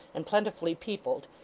and plentifully peopled,